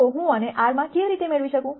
તો હું આને R માં કેવી રીતે મેળવી શકું